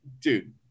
dude